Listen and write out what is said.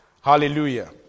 Hallelujah